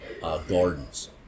gardens